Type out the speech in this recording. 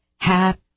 Happy